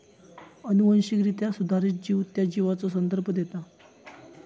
अनुवांशिकरित्या सुधारित जीव त्या जीवाचो संदर्भ देता